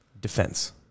Defense